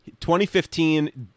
2015